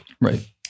Right